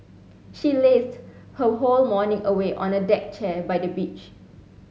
she lazed her whole morning away on a deck chair by the beach